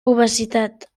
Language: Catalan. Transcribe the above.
obesitat